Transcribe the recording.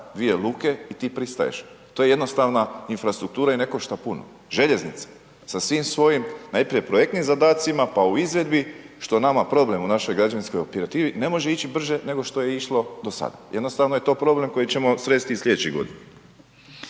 2 luke i ti pristaješ, to je jednostavna infrastruktura i ne košta puno. Željeznica sa svim svojim najprije projektnim zadacima, pa u izvedbi što je nama problem u našoj građevinskoj operativi ne može ići brže nego što je išlo do sada, jednostavno je to problem koji ćemo sresti i slijedeće godine.